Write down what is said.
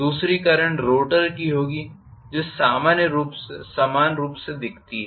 दूसरी current rotor की होगी जो समान दिखती है